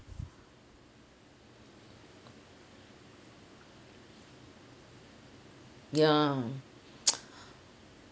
ya